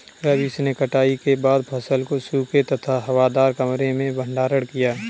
रवीश ने कटाई के बाद फसल को सूखे तथा हवादार कमरे में भंडारण किया